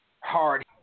hard